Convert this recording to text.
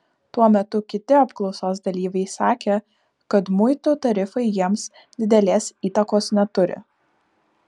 tuo metu kiti apklausos dalyviai sakė kad muitų tarifai jiems didelės įtakos neturi